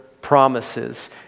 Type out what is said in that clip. promises